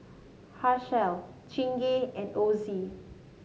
Herschel Chingay and Ozi